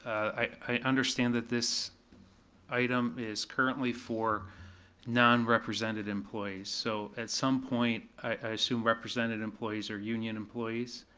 i understand that this item is currently for non represented employees, so, at some point, i assume represented employees or union employees,